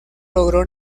logró